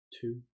Two